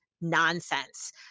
nonsense